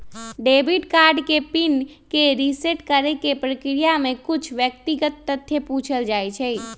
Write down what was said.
debit card के PIN के reset करेके प्रक्रिया में कुछ व्यक्तिगत तथ्य पूछल जाइ छइ